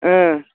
اۭں